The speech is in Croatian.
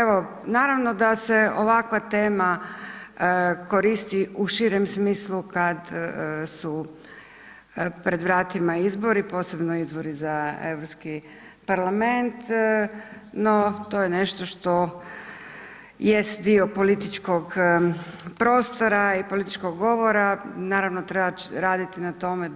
Evo naravno da se ovakva tema koristi u širem smislu kad su pred vratim izbori, posebno izbori za Europski parlament no to je nešto što jest dio političkog prostora i političkog govora, naravno treba raditi na tome